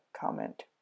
comment